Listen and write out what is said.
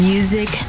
Music